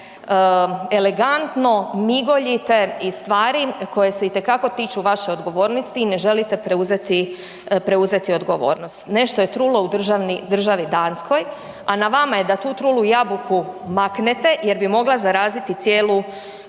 elegantno migoljite iz stvari koje se itekako tiču vaše odgovornosti i ne želite preuzeti, preuzeti odgovornost. Nešto je trulo u državi Danskoj, a na vama je da tu trulu jabuku maknete jer bi mogla zaraziti cijelu,